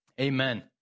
Amen